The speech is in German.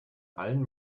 allen